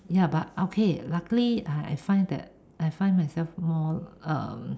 ya but okay luckily I I find that I find myself more um